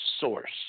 source